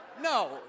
no